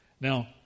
Now